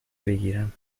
بگیرم